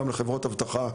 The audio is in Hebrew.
גם לחברות אבטחה,